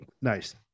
nice